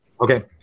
Okay